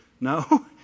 No